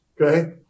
Okay